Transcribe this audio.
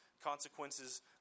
Consequences